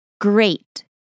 great